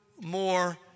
more